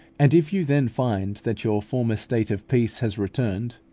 and if you then find that your former state of peace has returned,